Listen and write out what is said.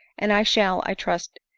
and i shall, i trust,